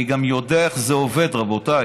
אני גם יודע איך זה עובד, רבותיי.